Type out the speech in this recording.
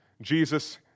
Jesus